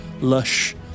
lush